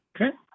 Okay